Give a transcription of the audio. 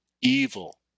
evil